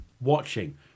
watching